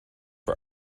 for